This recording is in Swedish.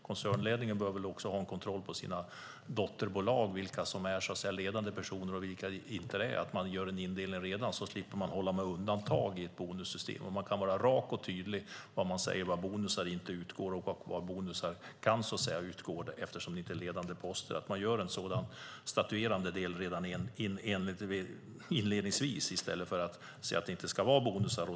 Koncernledningen bör ha en kontroll på sina dotterbolag och vilka som har ledande personer och vilka som inte är det. Om man gör en indelning från början slipper man hålla på med undantag i ett bonussystem. Man kan vara rak och tydlig när man säger var bonusar inte utgår och var bonusar kan utgå eftersom det inte är ledande poster. Man kan göra en sådan statuerande del redan inledningsvis i stället för att säga att det inte ska vara bonusar.